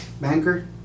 banker